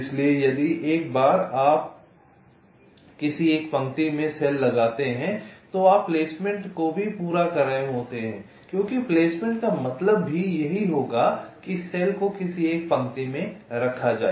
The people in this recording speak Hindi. इसलिए एक बार जब आप किसी एक पंक्ति में सेल लगाते हैं तो आप प्लेसमेंट को भी पूरा कर रहे होते हैं क्योंकि प्लेसमेंट का मतलब भी यही होगा कि सेल को किसी एक पंक्ति में रखा जाए